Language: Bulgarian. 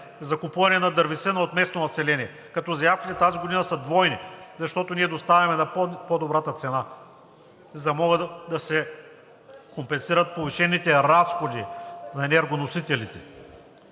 за купуване на дървесина от местното население, като заявките тази година са двойни, защото ние доставяме на по-добрата цена, за да могат да се компенсират повишените разходи на енергоносителите.